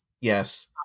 yes